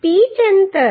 pitch અંતર છે